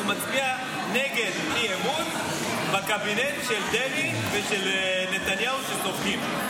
הוא מצביע נגד אי-אמון בקבינט של דרעי ושל נתניהו שסופגים.